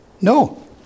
No